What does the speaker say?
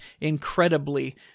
incredibly